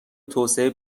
توسعه